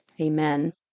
Amen